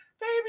baby